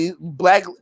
black